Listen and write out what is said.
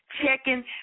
checking